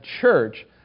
church